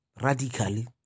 radically